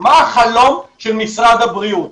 מה החלום של משרד הבריאות?